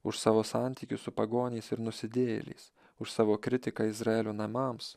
už savo santykius su pagoniais ir nusidėjėliais už savo kritiką izraelio namams